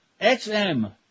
XM